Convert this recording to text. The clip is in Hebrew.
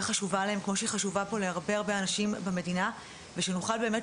חשובה להן כמו שהיא חשובה פה להרבה אנשים במדינה ושנוכל באמת